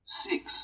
six